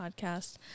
podcast